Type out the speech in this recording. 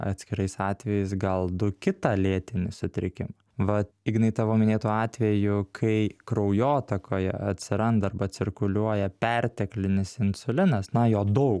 atskirais atvejais gal du kitą lėtinį sutrikimą vat ignai tavo minėtu atveju kai kraujotakoje atsiranda arba cirkuliuoja perteklinis insulinas na jo daug